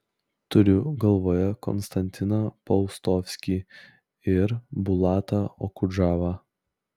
turiu galvoje konstantiną paustovskį ir bulatą okudžavą